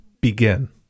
begin